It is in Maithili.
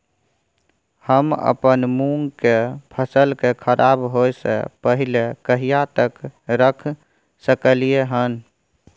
हम अपन मूंग के फसल के खराब होय स पहिले कहिया तक रख सकलिए हन?